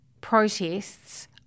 protests